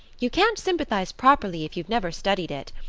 you can't sympathize properly if you've never studied it.